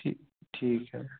ठीक ठीक है